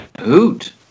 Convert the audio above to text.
hoot